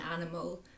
animal